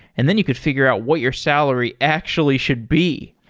and then you could figure out what your salary actually should be.